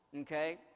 Okay